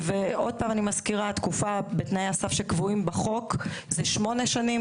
אני שוב מזכירה שהתקופה בתנאי הסף שקבועים בחוק היא שמונה שנים.